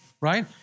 Right